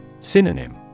Synonym